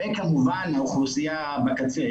וכמובן האוכלוסייה בקצה,